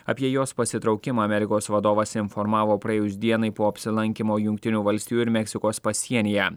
apie jos pasitraukimą amerikos vadovas informavo praėjus dienai po apsilankymo jungtinių valstijų ir meksikos pasienyje